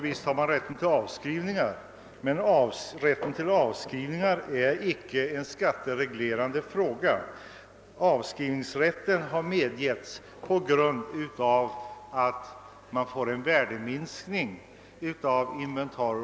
Visst finns det en sådan rätt, men avskrivningar reglerar inte skatten. Avskrivningsrätten har medgivits på grund av att inventarier och liknande minskar i värde.